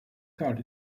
card